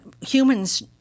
humans